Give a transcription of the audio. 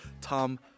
Tom